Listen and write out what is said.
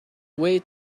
way